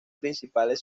principales